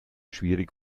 schwierig